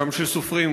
גם של סופרים,